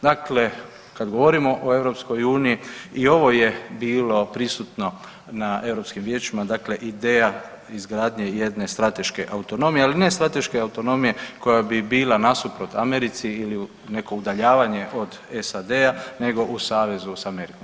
Dakle, kad govorimo o EU i ovo je bilo prisutno na Europskim vijećima dakle ideja izgradnje jedne strateške autonomije, ali ne strateške autonomije koja bi bila nasuprot Americi ili neko udaljavanje od SAD-a nego u savezu s Amerikom.